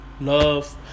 love